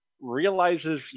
realizes